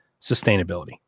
sustainability